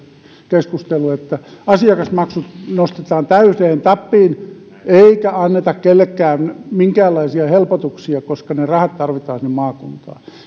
keskustelu että asiakasmaksut nostetaan täyteen tappiin eikä anneta kellekään minkäänlaisia helpotuksia koska ne ne rahat tarvitaan maakuntaan